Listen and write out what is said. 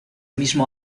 mismo